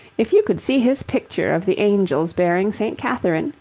if you could see his picture of the angels bearing st. catherine,